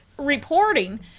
reporting